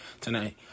Tonight